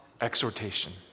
exhortation